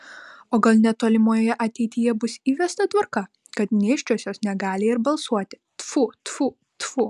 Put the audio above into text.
o gal netolimoje ateityje bus įvesta tvarka kad nėščiosios negali ir balsuoti tfu tfu tfu